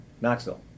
Knoxville